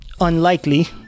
unlikely